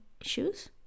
shoes